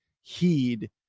heed